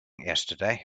yesterday